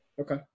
Okay